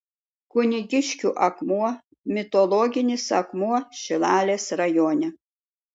kunigiškių akmuo mitologinis akmuo šilalės rajone